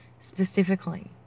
specifically